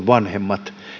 vanhemmat